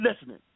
listening